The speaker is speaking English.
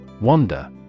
Wonder